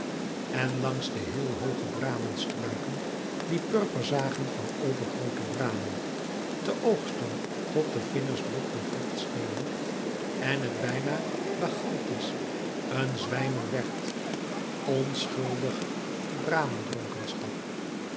en langs de heel hooge bramenstruiken die purper zagen van overgroote bramen te oogsten tot de vingers bloedbevlekt schenen en het bijna bacchantisch een zwijmel werd onschuldige